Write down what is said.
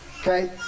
Okay